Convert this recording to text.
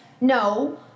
No